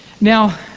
now